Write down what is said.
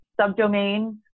subdomain